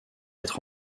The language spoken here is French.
être